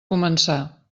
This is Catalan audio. començar